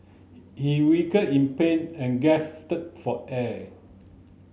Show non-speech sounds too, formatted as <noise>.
he <unintelligible> in pain and gasped for air